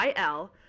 il